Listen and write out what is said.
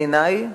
בעיני,